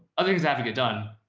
other things have to get done.